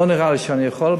לא נראה לי שאני יכול.